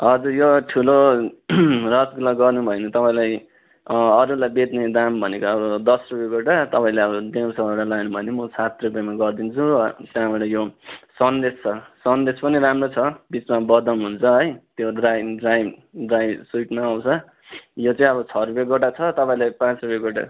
हजुर यो ठुलो रसगुल्ला गर्नुभयो भने तपाईँलाई अरूलाई बेच्ने दाम भनेको अब दस रुपियाँ गोटा तपाईँले अब ढेड सयवटा लानुभयो भने म सात रुपियाँमा गरिदिन्छु त्यहाँबाट यो सन्देश छ सन्देश पनि राम्रो छ बिचमा बदाम हुन्छ है त्यो ड्राई ड्राई ड्राई सुइटमा आउँछ यो चाहिँ अब छ रुपियाँ गोटा छ तपाईँलाई पाँच रुपियाँ गोटा